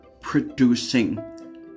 Producing